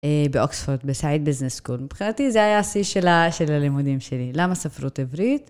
באוקספורד, בסייד ביזנס סקול, מבחינתי זה היה הדיא של הלימודים שלי. למה ספרות עברית?